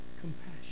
Compassion